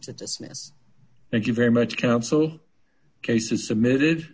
dismiss thank you very much counsel cases submitted